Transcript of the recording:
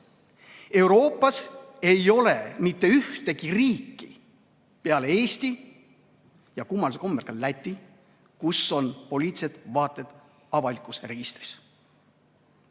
Euroopas ei ole mitte ühtegi riiki peale Eesti ja kummalise kombel ka Läti, kus oleks poliitilised vaated avalikus registris.